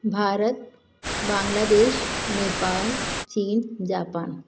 भारत बांग्लादेश नेपाल चीन जापान